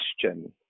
question